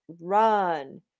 run